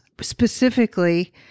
Specifically